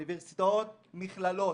אוניברסיטאות, מכללות.